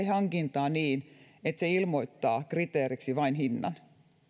hankintaa niin että se ilmoittaa kriteeriksi vain hinnan